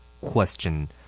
Question